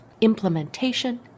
Implementation